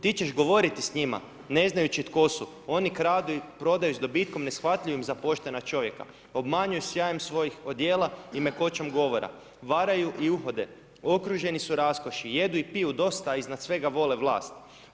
Ti ćeš govoriti s njima ne znajući tko su, oni kradu i prodaju sa dobitkom neshvatljivim za poštena čovjeka, obmanjuju sjajem svojih odjela i mekoćom govora, varaju i uhode, okruženi su raskoši, jedu i piju dosta a iznad svega vole vlast.